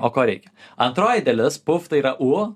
o ko reikia antroji dalis puf tai yra u